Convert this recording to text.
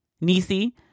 Nisi